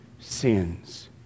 sins